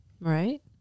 Right